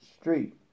street